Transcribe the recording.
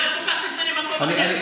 מה את לוקחת את זה למקום אחר?